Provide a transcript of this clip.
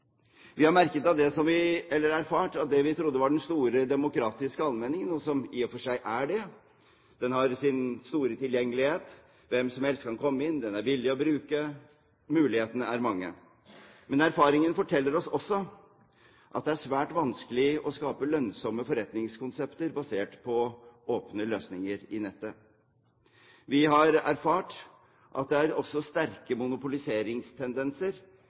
Vi trodde at dette var den store demokratiske allmenningen – og det er det i og for seg. Det har sin store tilgjengelighet, hvem som helst kan komme inn, det er billig å bruke, mulighetene er mange. Men erfaringene forteller oss også at det er svært vanskelig å skape lønnsomme forretningskonsepter basert på åpne løsninger i nettet. Vi har erfart at det også er sterke monopoliseringstendenser